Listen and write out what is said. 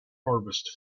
harvest